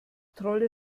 trolle